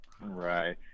right